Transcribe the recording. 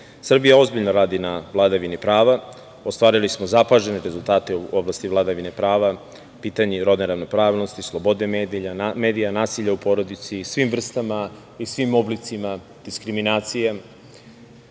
Srbija ozbiljno radi na vladavini prava. Ostvarili smo zapažene rezultate u oblasti vladavine prava, po pitanju rodne ravnopravnosti, slobode medija, nasilja u porodici i svim vrstama i svim oblicima diskriminacije.